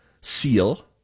seal